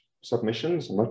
submissions